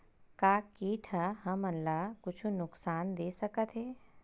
का कीट ह हमन ला कुछु नुकसान दे सकत हे?